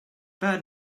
bad